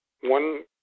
One